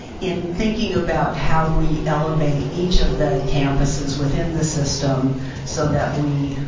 in thinking about how we elevate each of the campuses within the system so that we